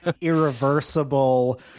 Irreversible